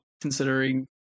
considering